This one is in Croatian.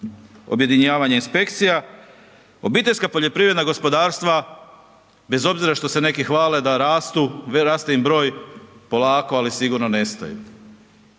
objedinjavanja inspekcija. Obiteljska poljoprivredna gospodarstva bez obzira što se neki hvale da rastu, raste im broj polako ali sigurno nestaju.